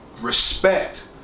respect